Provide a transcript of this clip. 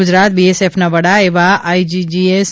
ગુજરાત બીએસએફના વડા એવા આઇજી જીએસ